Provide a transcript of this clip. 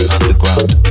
Underground